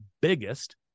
biggest